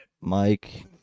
Mike